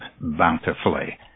bountifully